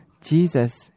Jesus